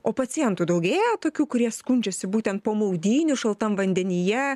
o pacientų daugėja tokių kurie skundžiasi būtent po maudynių šaltam vandenyje